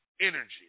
energy